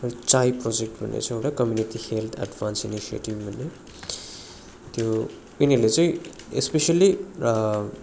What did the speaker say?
र CHAI project भन्ने छ एउटा कम्युनिटी हेल्थ एड्भान्स इनिसियेटिभ त्यो यिनीहरूले चाहिँ स्पेसियली